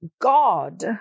God